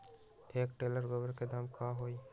एक टेलर गोबर के दाम का होई?